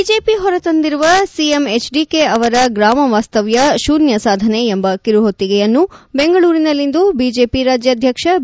BJP ಹೊರತಂದಿರುವ CM HDK ಅವರ ಗ್ರಾಮ ವಾಸ್ತವ್ಯ ಶೂನ್ಯ ಸಾಧನೆ ಎಂಬ ಕಿರುಹೊತ್ತಿಗೆಯನ್ನು ಬೆಂಗಳೂರಿನಲ್ಲಿಂದು ಬಿಜೆಪಿ ರಾಜ್ಯಾಧ್ಯಕ್ಷ ಬಿ